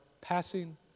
passing